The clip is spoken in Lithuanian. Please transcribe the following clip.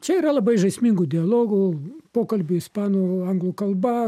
čia yra labai žaismingų dialogų pokalbių ispanų anglų kalba